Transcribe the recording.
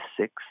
six